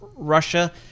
Russia